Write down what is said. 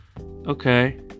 okay